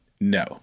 no